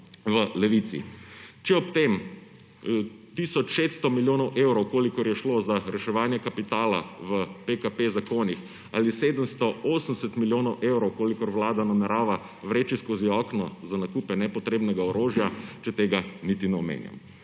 v Levici. Če ob tem tisoč 600 milijonov evrov, kolikor je šlo za reševanje kapitala v zakonih PKP, ali 780 milijonov evrov, kolikor Vlada namerava vreči skozi okno za nakupe nepotrebnega orožja, niti ne omenjam.